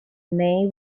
may